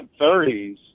30s